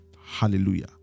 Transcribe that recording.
hallelujah